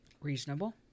Reasonable